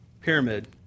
pyramid